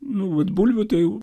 nu vat bulvių tai jau